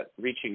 reaching